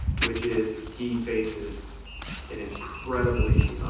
which is he faces an incredibly,